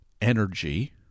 energy